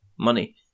money